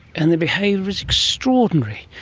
and their behaviour is extraordinary,